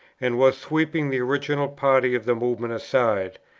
and was sweeping the original party of the movement aside,